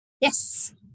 Yes